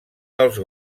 dels